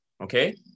okay